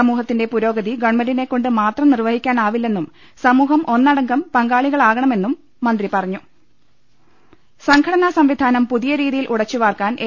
സമൂഹത്തിന്റെ പുരോഗതി ഗവൺമെന്റിനെ കൊണ്ട് മാത്രം നിർവഹിക്കാനാവില്ലെന്നും സമൂഹം ഒന്നടങ്കം പങ്കാളികളാണമെന്നും മന്ത്രി പറഞ്ഞു സംഘടനാ സംവിധാനം പുതിയ രീതിയിൽ ഉടച്ചുവാർക്കാൻ എ